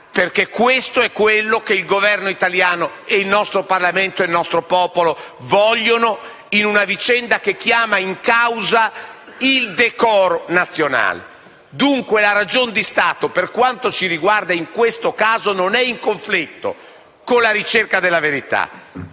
perché questo è quello che il Governo italiano, il nostro Parlamento e il nostro popolo vogliono in una vicenda che chiama in causa il decoro nazionale. Dunque la ragion di Stato, per quanto ci riguarda, in questo caso non è in conflitto con la ricerca della verità.